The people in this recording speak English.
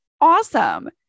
Awesome